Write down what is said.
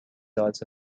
also